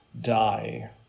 die